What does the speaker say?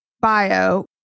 bio